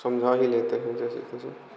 समझा ही लेते हैं जैसे तैसे